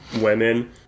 women